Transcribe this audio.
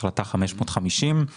החלטה 550;